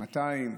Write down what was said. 200,